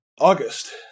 August